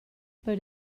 per